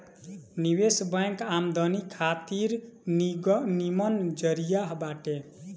निवेश बैंक आमदनी खातिर निमन जरिया बाटे